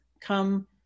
come